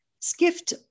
Skift